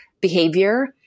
behavior